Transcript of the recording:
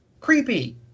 creepy